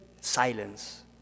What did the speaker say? silence